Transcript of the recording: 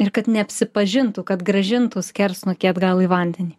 ir kad neapsipažintų kad grąžintų skersnukį atgal į vandenį